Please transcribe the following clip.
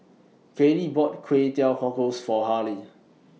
Kaylee bought Kway Teow Cockles For Harley